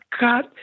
God